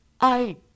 I